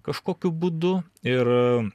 kažkokiu būdu ir